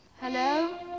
Hello